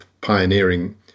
pioneering